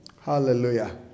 Hallelujah